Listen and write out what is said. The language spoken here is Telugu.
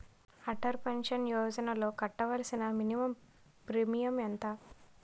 అటల్ పెన్షన్ యోజనలో కట్టవలసిన మినిమం ప్రీమియం ఎంత?